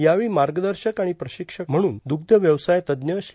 यावेळी मार्गदर्शक आणि प्रशिक्षक म्हणून दुग्ध व्यवसाय तज्ज्ञ श्री